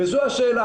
וזו השאלה,